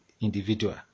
individual